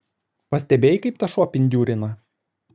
pastebėjai kaip tas šuo pindiūrina